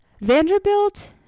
Vanderbilt